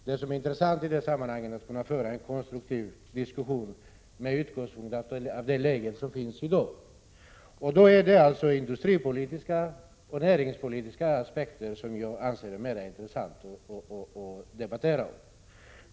Det intressanta i sammanhanget är att föra en konstruktiv diskussion med utgångspunkt i det läge som i dag föreligger. Jag anser att det är mera intressant att debattera de industripolitiska och näringspolitiska aspekterna.